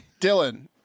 Dylan